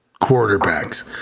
quarterbacks